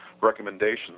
recommendations